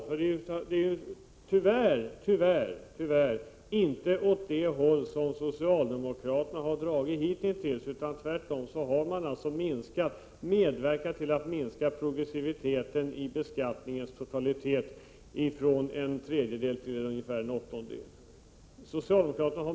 Men tyvärr är det inte åt det hållet som socialdemokraterna har dragit hittills. Tvärtom har man medverkat till att minska progressiviteten i beskattningen ifrån en tredjedel till ungefär en åttondel.